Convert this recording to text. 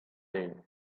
day